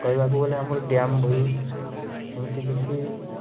କହିବାକୁ ଗଲେ ଅମାର ଡ୍ୟାମ୍ ଭଳି ଏମିତି କିଛି